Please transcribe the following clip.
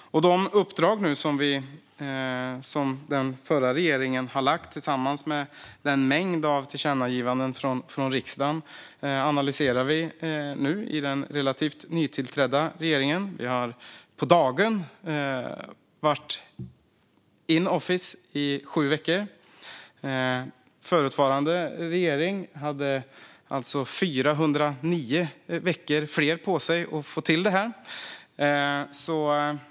De uppdrag som den förra regeringen har lagt, tillsammans med en mängd tillkännagivanden från riksdagen, analyserar vi nu i den relativt nytillträdda regeringen. Vi har varit in office i på dagen 7 veckor. Förutvarande regering hade 409 veckor mer på sig att få till detta.